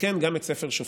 וכן גם את ספר שופטים,